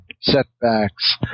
setbacks